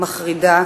מחרידה,